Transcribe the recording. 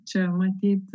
čia matyt